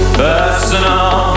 personal